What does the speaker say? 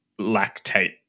lactate